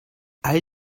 all